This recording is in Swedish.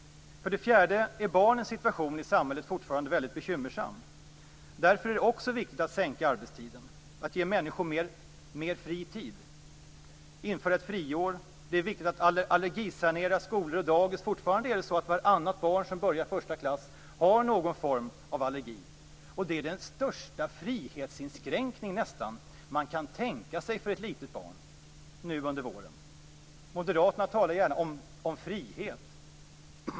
För det fjärde är barnens situation i samhället fortfarande väldigt bekymmersam. Därför är det också viktigt att minska arbetstiden, att ge människor mer fri tid, och att införa ett friår. Det är viktigt att sanera skolor och dagis. Fortfarande har vartannat barn som börjar första klass någon form av allergi, och det är nästan den största frihetsinskränkning man kan tänka sig för ett litet barn nu under våren. Moderaterna talar gärna om frihet.